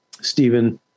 Stephen